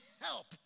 help